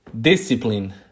Discipline